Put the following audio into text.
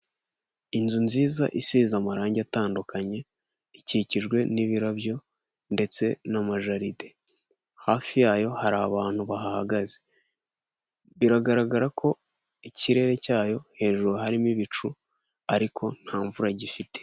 Inzu nziza isize amarangi atandukanye ikikijwe n'ibirabyo ndetse n'amajarid hafi yayo hari abantu bahagaze biragaragara ko ikirere cyaho hejuru harimo ibicu ariko nta mvura gifite.